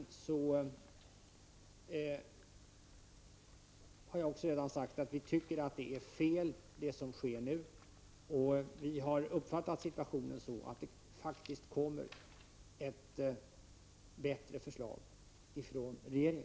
Jag har också redan sagt att vi i miljöpartiet anser att de bestraffningsregler som gäller för olovlig körning är felaktiga. Vi har dock uppfattat det så att regeringen kommer att lägga fram ett bättre förslag.